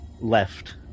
left